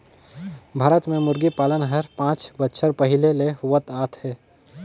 भारत में मुरगी पालन हर पांच बच्छर पहिले ले होवत आत हे